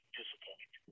disappoint